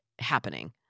happening